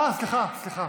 אה, סליחה, סליחה.